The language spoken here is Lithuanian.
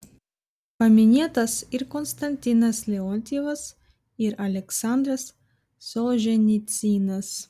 paminėtas ir konstantinas leontjevas ir aleksandras solženicynas